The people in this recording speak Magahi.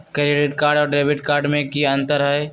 क्रेडिट कार्ड और डेबिट कार्ड में की अंतर हई?